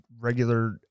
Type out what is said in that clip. regular